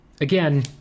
again